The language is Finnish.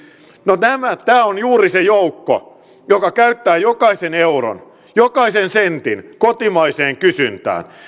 no tämä on juuri se joukko joka käyttää jokaisen euron ja jokaisen sentin kotimaiseen kysyntään